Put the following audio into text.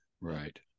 Right